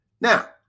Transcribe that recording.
Now